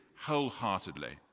wholeheartedly